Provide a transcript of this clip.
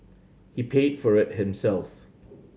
he paid for it himself